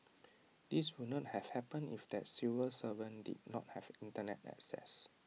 this would not have happened if that civil servant did not have Internet access